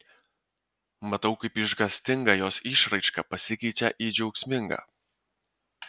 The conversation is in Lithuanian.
matau kaip išgąstinga jos išraiška pasikeičia į džiaugsmingą